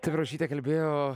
taip rožytė kalbėjo